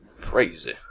crazy